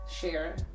share